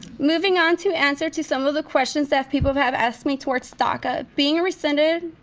moving on to answer to some of the questions that people have asked me towards daca being rescinded.